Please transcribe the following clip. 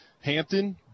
Hampton –